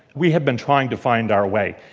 we have been trying to find our way.